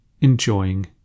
Enjoying